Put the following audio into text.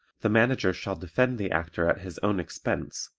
the manager shall defend the actor at his own expense,